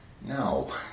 No